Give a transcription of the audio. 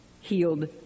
healed